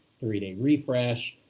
three day refresh.